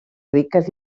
riques